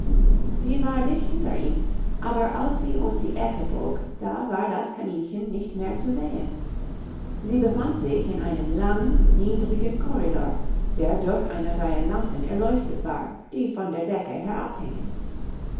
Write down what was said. sie war dicht hinter ihm aber als sie um die ecke bog da war das kaninchen nicht mehr zu sehen sie befand sich in einem langen niedrigen corridor der durch eine reihe lampen erleuchtet war die von der decke herabhingen